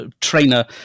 trainer